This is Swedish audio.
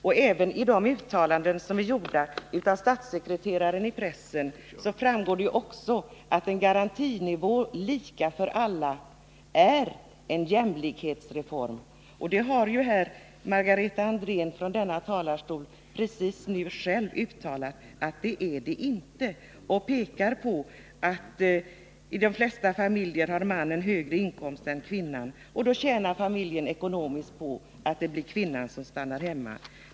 Och även av uttalanden i pressen av statssekreteraren framgår det att en garantinivå likfför alla är en jämlikhetsreform. Margareta Andrén har själv just nu i denna talarstol uttalat att det inte är så. Hon pekar på att i de flesta familjer har mannen högre inkomst än kvinnan, och då tjänar familjen ekonomiskt på att kvinnan stannar hemma.